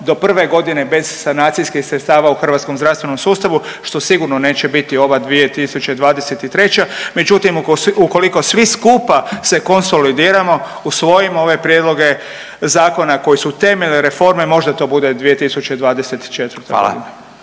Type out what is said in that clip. do prve godine bez sanacijskih sredstava u hrvatskom zdravstvenom sustava što sigurno neće biti ova 2023. Međutim, ukoliko svi skupa se konsolidiramo, usvojimo ove Prijedloge zakona koji su temelji reforme možda to bude 2024. godina.